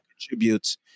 contributes